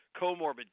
comorbid